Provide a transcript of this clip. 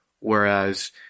Whereas